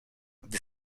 gdy